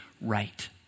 right